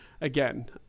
Again